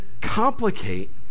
complicate